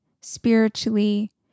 spiritually